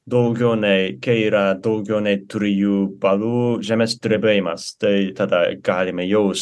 daugiau nei kai yra daugiau nei trijų balų žemės drebėjimas tai tada galime jausti